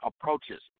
approaches